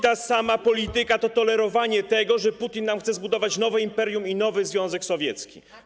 Ta sama polityka to tolerowanie tego, że Putin chce zbudować nowe imperium i nowy Związek Sowiecki.